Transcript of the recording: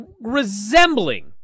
resembling